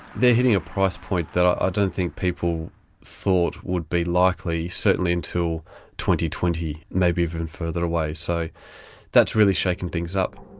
they're hitting a price point that i don't think people thought would be likely, certainly until twenty, maybe even further away. so that's really shaken things up.